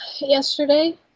yesterday